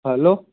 hello